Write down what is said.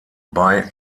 bei